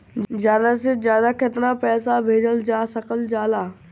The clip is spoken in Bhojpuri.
ज्यादा से ज्यादा केताना पैसा भेजल जा सकल जाला?